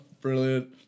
brilliant